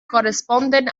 corresponden